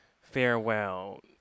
farewell